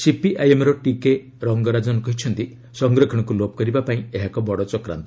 ସିପିଆଇଏମ୍ର ଟିକେ ରଙ୍ଗରାଜନ କହିଛନ୍ତି ସଂରକ୍ଷଣକୁ ଲୋପ କରିବା ପାଇଁ ଏହା ଏକ ବଡ଼ ଚକ୍ରାନ୍ତ